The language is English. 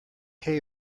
hay